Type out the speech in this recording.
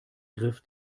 griff